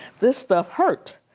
this stuff hurt.